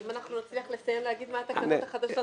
אם אנחנו נצליח לסיים לומר מה התקנות החדשות,